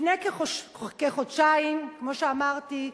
לפני כחודשיים, כמו שאמרתי,